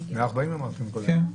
140 אמרת מקודם.